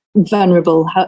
vulnerable